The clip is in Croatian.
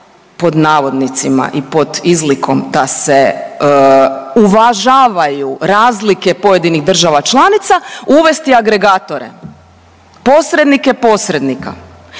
pod navodnicima i pod izlikom da se uvažavaju razlike pojedinih država članica uvesti agregatore, posrednike posrednika.